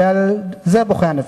ועל זה בוכה הנביא.